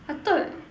I thought